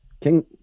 King